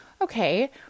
okay